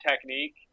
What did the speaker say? technique